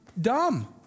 dumb